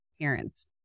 parents